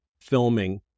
filming